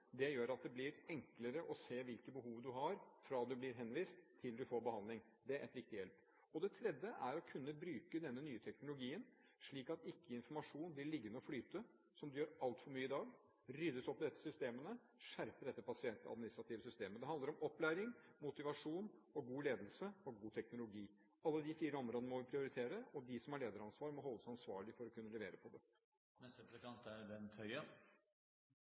– gjør at det blir enklere å se hvilke behov du har, fra du blir henvist, til du får behandling. Det er en viktig hjelp. Det tredje er å kunne bruke denne nye teknologien, slik at informasjon ikke blir liggende å flyte, som det gjør altfor mye i dag. Det må ryddes opp i disse systemene, skjerpe dette pasientadministrative systemet. Det handler om opplæring, motivasjon, god ledelse og god teknologi. Alle de fire områdene må vi prioritere, og de som har lederansvar, må holdes ansvarlig for å kunne levere på